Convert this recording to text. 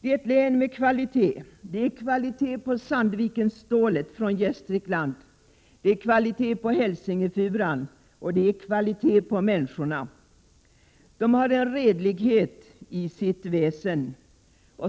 Det är ett län med kvalitet. Det är kvalitet på Sandvikenstålet från Gästrikland, det är kvalitet på Hälsingefuran och det är kvalitet på människorna. Människorna har en redlighet i sitt väsen.